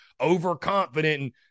overconfident